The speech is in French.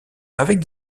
avec